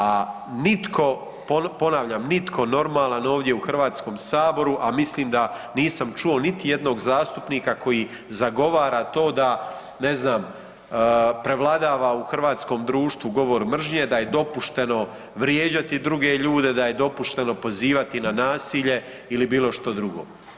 A nitko, ponavljam nitko normalan ovdje u HS-u, a mislim da nisam čuo niti jednog zastupnika koji zagovara to da ne znam prevladava u hrvatskom društvu govor mržnje da je dopušteno vrijeđati druge ljude, da je dopušteno pozivati na nasilje ili bilo što drugo.